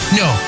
no